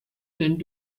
tend